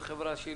זו חברה שלי,